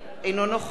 אינו נוכח